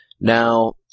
Now